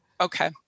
Okay